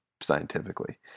scientifically